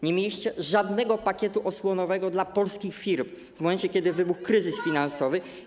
Nie mieliście żadnego pakietu osłonowego dla polskich firm w momencie, kiedy wybuchł kryzys finansowy.